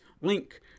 Link